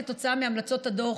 כתוצאה מהמלצות הדוח,